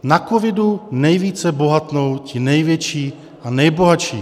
Na covidu nejvíce bohatnou ti největší a nejbohatší.